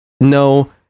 No